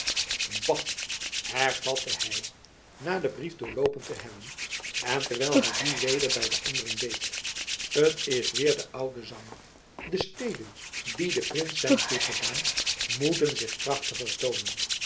bah hervatte hy na den brief doorloopen te hebben en terwijl hy dien weder by de anderen deed t is weêr de oude zang de steden die den prins zijn toegedaan moeten zich krachtiger toonen